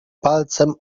palcem